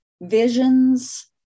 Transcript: Visions